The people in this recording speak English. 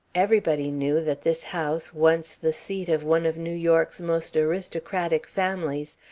everybody knew, that this house, once the seat of one of new york's most aristocratic families,